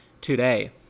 today